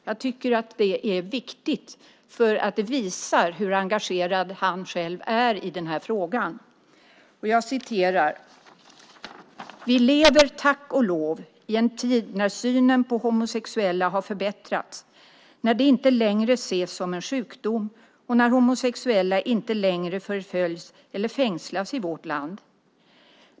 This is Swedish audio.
Jag tycker att det är viktigt, för det visar hur engagerad han själv är i den här frågan: "Vi lever, tack och lov, i en tid när synen på homosexuella har förbättrats, när det inte längre ses som en sjukdom och när homosexuella inte längre förföljs eller fängslas i vårt land.